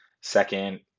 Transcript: second